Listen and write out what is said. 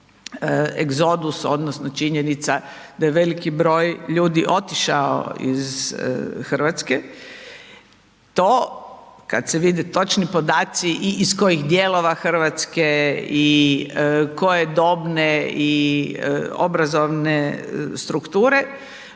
egzodus odnosno činjenica da je veliki broj ljudi otišao iz RH, to kad se vide točni podaci i iz kojih dijelova RH i koje dobne i obrazovne strukture,